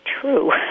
true